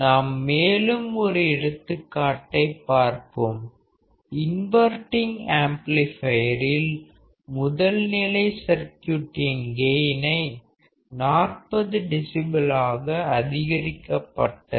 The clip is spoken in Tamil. நாம் மேலும் ஒரு எடுத்துக்காட்டைப் பார்ப்போம் இன்வர்டிங் ஆம்ப்ளிபையரில் முதல் நிலை சர்க்யூட்டின் கெயினை 40 dB ஆக அதிகரிக்கப்பட்டது